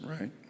right